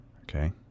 Okay